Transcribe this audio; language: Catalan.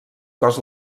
cos